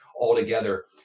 altogether